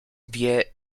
wie